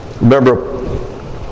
Remember